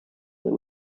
that